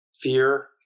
fear